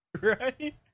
Right